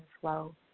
flow